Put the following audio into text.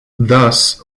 thus